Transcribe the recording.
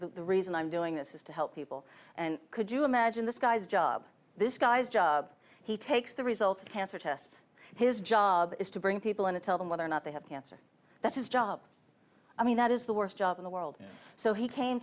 the reason i'm doing this is to help people and could you imagine this guy's job this guy's job he takes the results of cancer tests his job is to bring people in to tell them whether or not they have cancer that's his job i mean that is the worst job in the world so he came